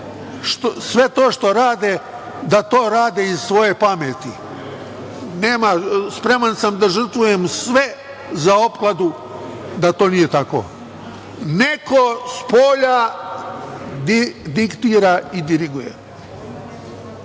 sve to što rade, da to rade iz svoje pameti. Spreman sam da žrtvujem sve za opkladu da to nije tako. Neko spolja diktira i diriguje.